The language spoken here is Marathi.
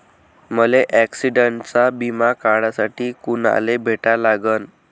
मले ॲक्सिडंटचा बिमा काढासाठी कुनाले भेटा लागन?